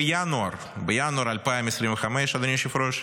בינואר 2025, אדוני היושב-ראש,